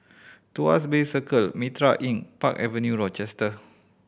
Tuas Bay Circle Mitraa Inn Park Avenue Rochester